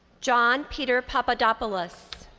john peter papadopolis.